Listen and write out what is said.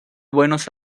buenos